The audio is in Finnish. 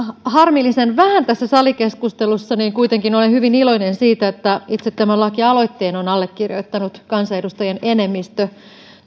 harmillisen vähän tässä salikeskustelussa niin kuitenkin olen hyvin iloinen siitä että itse tämän lakialoitteen on allekirjoittanut kansanedustajien enemmistö